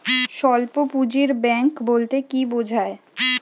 স্বল্প পুঁজির ব্যাঙ্ক বলতে কি বোঝায়?